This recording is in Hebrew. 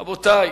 רבותי,